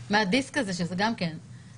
להוריד מהדיסק הזה למחשב?